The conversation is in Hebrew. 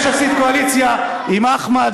כנראה שעשית קואליציה עם אחמד,